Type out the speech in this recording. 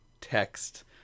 text